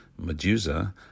Medusa